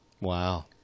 wow